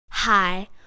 Hi